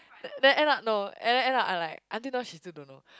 then end up no and then end up I like until now she still don't know